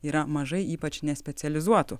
yra mažai ypač nespecializuotų